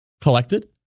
collected